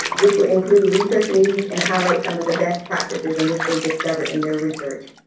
which will include research needs and highlight some of the best practices in which they've discovered in their research.